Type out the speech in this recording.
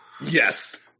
yes